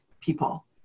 people